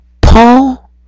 Paul